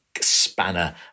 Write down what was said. spanner